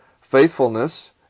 faithfulness